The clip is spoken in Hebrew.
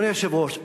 ואדוני היושב-ראש,